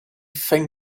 think